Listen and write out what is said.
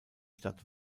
stadt